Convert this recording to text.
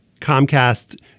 Comcast